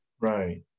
Right